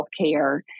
healthcare